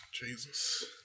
Jesus